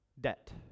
debt